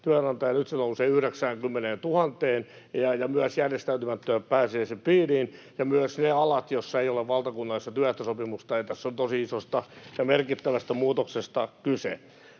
työnantajaa ja nyt se nousee 90 000:een ja myös järjestäytymättömät pääsevät sen piiriin ja myös ne alat, joilla ei ole valtakunnallista työehtosopimusta. Tässä on tosi isosta ja merkittävästä muutoksesta kyse.